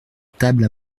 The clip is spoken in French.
table